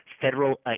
federal –